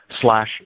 slash